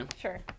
Sure